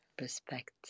respect